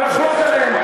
ולחלוק עליהן.